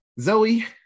Zoe